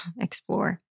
explore